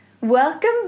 Welcome